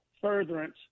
furtherance